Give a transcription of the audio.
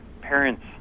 parents